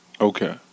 Okay